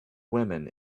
women